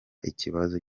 ikibazo